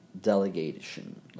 delegation